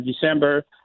December